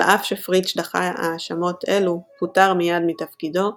על אף שפריטש דחה האשמות אלו, פוטר מיד מתפקידו,